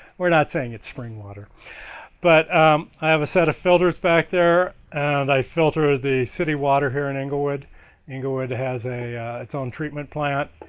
we're not saying it's spring water but i have a set of filters back there, and i filtered the city water, here in englewood englewood has it's own treatment plant